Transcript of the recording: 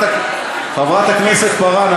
חברת הכנסת פארן,